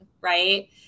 Right